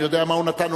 אני יודע מה הוא נתן,